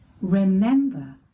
remember